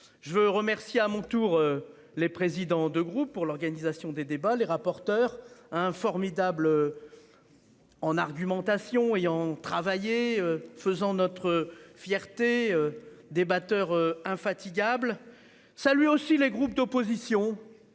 Je veux remercier à mon tour. Les présidents de groupe pour l'organisation des débats, les rapporteurs un formidable. En argumentation ayant travaillé faisant notre fierté. Débatteur infatigable. Ça lui aussi les groupes d'opposition.